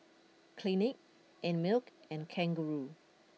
Clinique Einmilk and Kangaroo